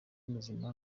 muzima